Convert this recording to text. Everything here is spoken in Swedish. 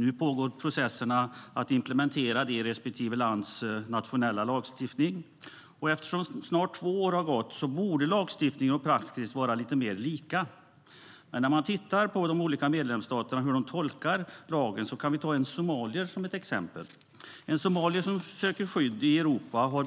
Nu pågår processen att implementera den i respektive medlemsstats nationella lagstiftning. Eftersom snart två år har gått borde lagstiftning och praxis vara mer lika. Vi kan ta en somalier som ett exempel på hur de olika medlemsstaterna tolkar denna lag. En somalier som söker skydd i Europa har